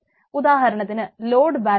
ഉദാഹരണത്തിന് load balancing